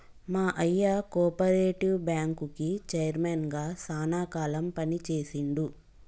మా అయ్య కోపరేటివ్ బ్యాంకుకి చైర్మన్ గా శానా కాలం పని చేశిండు